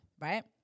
right